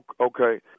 Okay